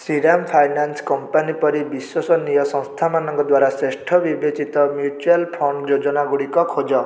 Shriram finance company ପରି ବିଶ୍ଵସନୀୟ ସଂସ୍ଥାମାନଙ୍କ ଦ୍ଵାରା ଶ୍ରେଷ୍ଠ ବିବେଚିତ ମ୍ୟୁଚୁଆଲ୍ ଫଣ୍ଡ୍ ଯୋଜନାଗୁଡ଼ିକ ଖୋଜ